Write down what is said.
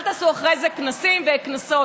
אל תעשו אחרי זה כנסים וכנסות.